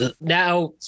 now